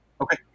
Okay